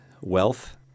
wealth